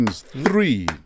Three